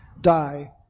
die